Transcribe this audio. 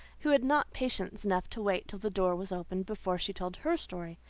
who had not patience enough to wait till the door was opened before she told her story.